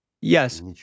Yes